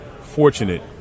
fortunate